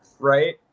Right